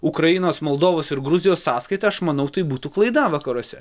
ukrainos moldovos ir gruzijos sąskaita aš manau tai būtų klaida vakaruose